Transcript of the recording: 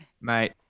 Mate